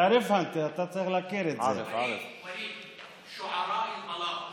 אומרים בערבית "בלאט אל-מלכ".